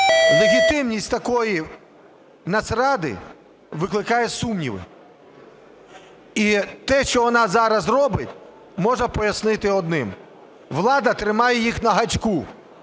Легітимність такої Нацради викликає сумніви. І те, що вона зараз робить, можна пояснити одним: влада тримає її на гачку